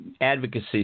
advocacy